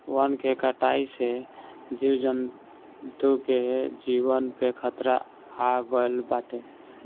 वन के कटाई से जीव जंतु के जीवन पे खतरा आगईल बाटे